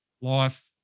life